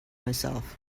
myself